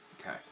Okay